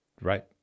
Right